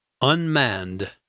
Unmanned